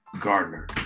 Gardner